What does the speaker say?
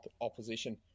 opposition